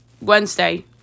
Wednesday